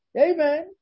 Amen